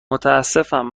متاسفم